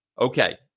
Okay